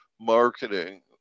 marketing